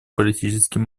политический